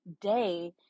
day